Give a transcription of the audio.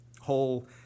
whole